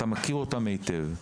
גם אתה מכיר אותם היטב.